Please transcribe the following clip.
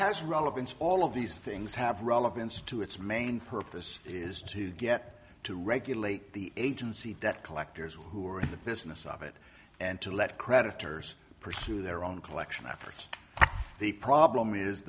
has relevance all of these things have relevance to its main purpose is to get to regulate the agency that collectors who are in the business of it and to let creditors pursue their own collection efforts the problem is